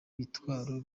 bitwaro